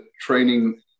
training